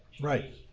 Right